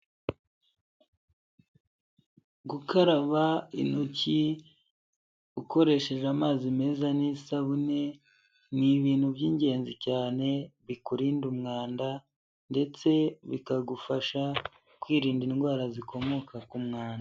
Gukaraba intoki ukoresheje amazi meza n'isabune, ni ibintu by'ingenzi cyane bikurinda umwanda ndetse bikagufasha kwirinda indwara zikomoka ku mwanda.